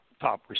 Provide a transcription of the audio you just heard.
top